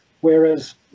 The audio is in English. whereas